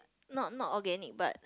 not not organic but